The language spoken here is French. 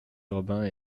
urbains